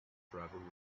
travelled